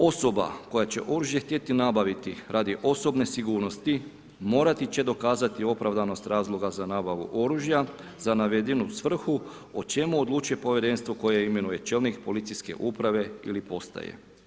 Osoba koja će oružje htjeti nabaviti radi osobne sigurnosti morati će dokazati opravdanost razloga za nabavu oružja za navedenu svrhu o čemu odlučuje povjerenstvo koje imenuje čelnik policijske uprave ili postaje.